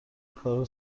کار